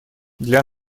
для